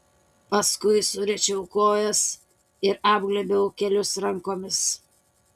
paskui suriečiau kojas ir apglėbiau kelius rankomis